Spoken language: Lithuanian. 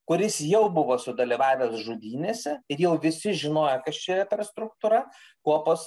kuris jau buvo sudalyvavęs žudynėse ir jau visi žinojo kas čia per struktūra kuopos